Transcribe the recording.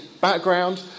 background